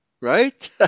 right